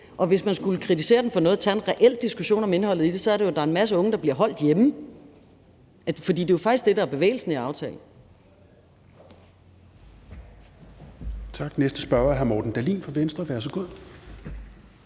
og hvis man skulle kritisere den for noget og tage en reel diskussion om indholdet i den, er det jo, at der er en masse unge, der bliver holdt hjemme. For det er faktisk det, der er bevægelsen i aftalen.